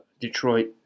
Detroit